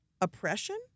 oppression